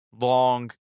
long